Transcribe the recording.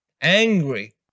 Angry